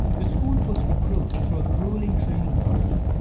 the school puts recruits through a grueling training program.